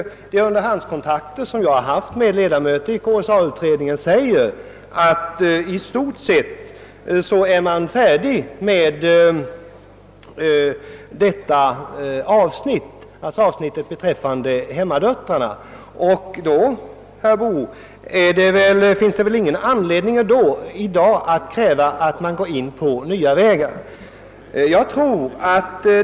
De underhandskontakter som jag haft med ledamöter av KSA-utredningen har givit vid handen att utredningen i stort sett är färdig med avsnittet om hemmadöttrarna. Och då finns det väl ingen anledning, herr Boo, att slå in på nya vägar.